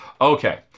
Okay